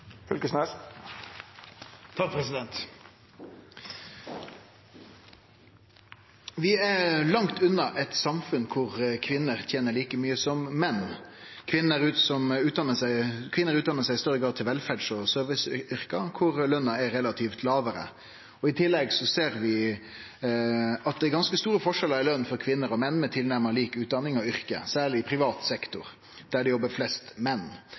er langt unna et samfunn hvor kvinner tjener like mye som menn. Kvinner utdanner seg i større grad til velferds- og serviceyrker, hvor lønna er relativt lavere. I tillegg ser vi at det er ganske store forskjeller i lønn for kvinner og menn med tilnærmet lik utdanning og yrke, særlig i privat sektor, der det jobber flest menn.